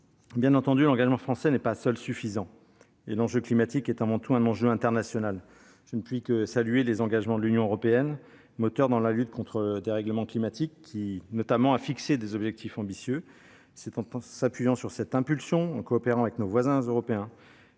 Bien entendu, l'engagement français n'est pas seul suffisant et l'enjeu climatique est avant tout un enjeu international. Je ne puis que saluer les engagements de l'Union européenne, moteur dans la lutte contre le dérèglement climatique, qui a notamment fixé des objectifs ambitieux. C'est en tirant parti de cette impulsion, en coopérant avec nos voisins européens,